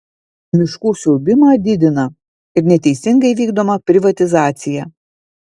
miškų siaubimą didina ir neteisingai vykdoma privatizacija